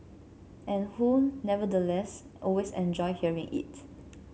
and who nevertheless always enjoy hearing it